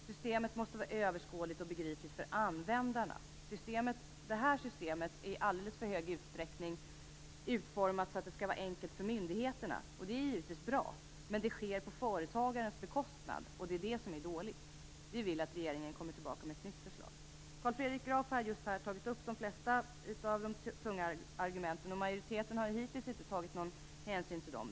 Systemet måste vara överskådligt och begripligt för användarna. Det här systemet är i alldeles för stor utsträckning utformat för att förenkla för myndigheterna, och det är givetvis bra. Men det sker på företagarens bekostnad, och det är det som är dåligt. Vi vill att regeringen kommer tillbaka med ett nytt förslag. Carl Fredrik Graf har just tagit upp de flesta av de tunga argumenten. Majoriteten har hittills inte tagit någon hänsyn till dem.